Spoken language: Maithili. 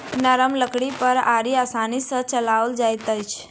नरम लकड़ी पर आरी आसानी सॅ चलाओल जाइत अछि